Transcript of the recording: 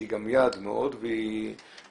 אנחנו רואים בזה יעד ורוצים להגיע לזה.